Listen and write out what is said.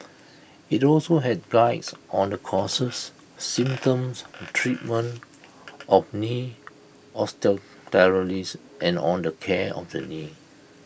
IT also had Guides on the causes symptoms treatment of knee osteoarthritis and on the care of the knee